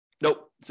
Nope